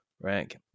Rank